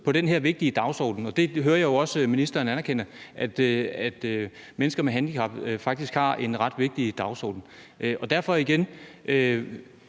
på den her vigtige dagsorden. Det hører jeg jo også ministeren anerkende, nemlig at mennesker med handicap faktisk har en ret vigtig dagsorden. Jeg tænker derfor igen,